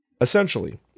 Essentially